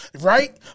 right